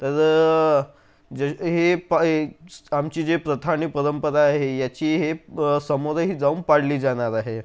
तर जे हे प हे आमची जी प्रथा आणि परंपरा आहे याची हे समोरही जाऊन पाळली जाणार आहे